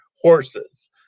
horses